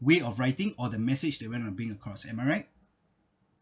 way of writing or the message they want to bring across am I right